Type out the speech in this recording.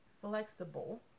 flexible